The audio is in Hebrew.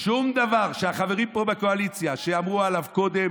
שהחברים פה בקואליציה אמרו עליו קודם,